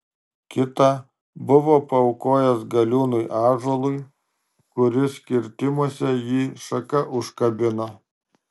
kitą buvo paaukojęs galiūnui ąžuolui kuris kirtimuose jį šaka užkabino